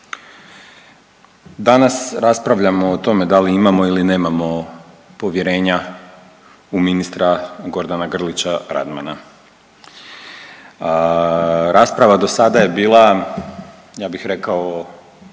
danas raspravljamo o tome da li imamo ili nemamo povjerenja u ministra Gordana Grlića Radmana. Rasprava do sada je bila ja bih rekao